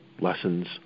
lessons